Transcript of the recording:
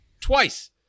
twice